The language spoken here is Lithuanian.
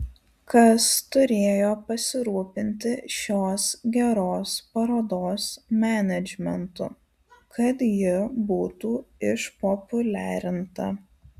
kas turėjo pasirūpinti šios geros parodos menedžmentu kad ji būtų išpopuliarinta